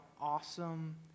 awesome